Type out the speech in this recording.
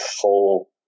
full